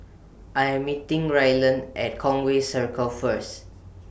I Am meeting Rylan At Conway Circle First